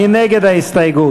מי נגד ההסתייגות?